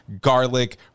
garlic